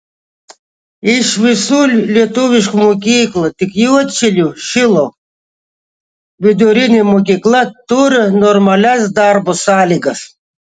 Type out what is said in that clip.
iš visų lietuviškų mokyklų tik juodšilių šilo vidurinė mokykla turi normalias darbo sąlygas